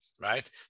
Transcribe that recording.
right